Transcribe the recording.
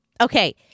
Okay